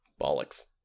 Bollocks